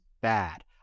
bad